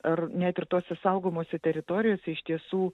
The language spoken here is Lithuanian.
ar net ir tose saugomose teritorijose iš tiesų